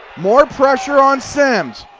more pressure on simms.